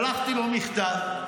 שלחתי לו מכתב,